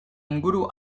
inguru